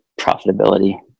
profitability